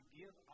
give